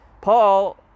Paul